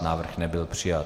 Návrh nebyl přijat.